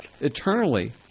eternally